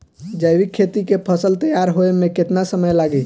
जैविक खेती के फसल तैयार होए मे केतना समय लागी?